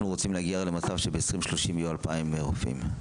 אנחנו רוצי להגיע למצב שב-2030 יהיו 2,000 רופאים.